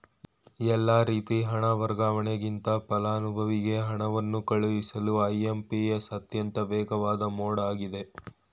ಎಲ್ಲಾ ರೀತಿ ಹಣ ವರ್ಗಾವಣೆಗಿಂತ ಫಲಾನುಭವಿಗೆ ಹಣವನ್ನು ಕಳುಹಿಸಲು ಐ.ಎಂ.ಪಿ.ಎಸ್ ಅತ್ಯಂತ ವೇಗವಾದ ಮೋಡ್ ಆಗಿದೆ